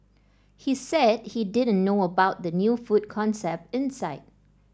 he said he didn't know about the new food concept inside